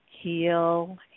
heal